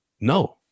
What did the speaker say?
No